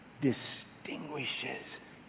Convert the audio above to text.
distinguishes